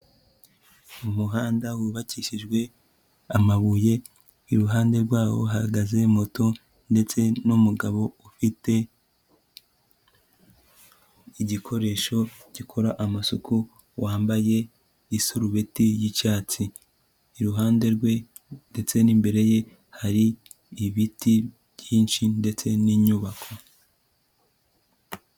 Umuhanda wubakishijwe amabuye iruhande, rwawo hahagaze moto ndetse n'umugabo ufite igikoresho gikora amasuko wambaye isurubeti y'icyatsi, iruhande rwe ndetse n'imbere ye hari ibiti byinshi ndetse n'inyubako.